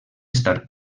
estar